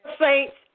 saints